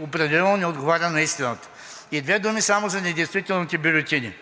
определено не отговаря на истината. И две думи само за недействителните бюлетини.